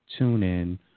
TuneIn